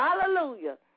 Hallelujah